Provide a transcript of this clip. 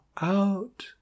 out